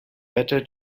better